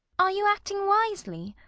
are you acting wisely?